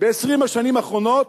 ב-20 השנים האחרונות,